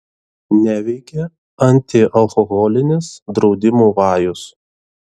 neveikia antialkoholinis draudimų vajus